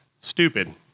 stupid